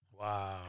Wow